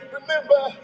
Remember